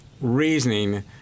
reasoning